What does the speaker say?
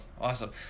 Awesome